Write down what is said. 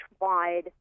wide